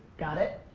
got it?